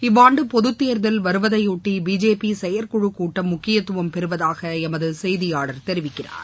இவ்வாண்டு பொதுத்தேர்தல் வருவதைபொட்டி பிஜேபி செயற்குழுக்கூட்டம் முக்கியத்துவம் பெறுவதாக எமது செய்தியாளர் தெரிவிக்கிறார்